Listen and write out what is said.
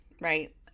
right